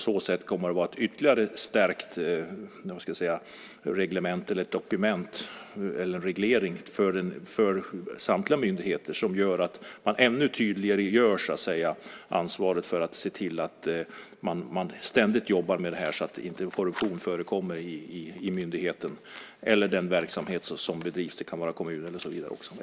Den kommer på så sätt att utgöra en stärkt reglering för samtliga myndigheter. Man tydliggör ännu mer ansvaret för att jobba med att korruption inte förekommer i myndigheten, kommunen eller annan verksamhet.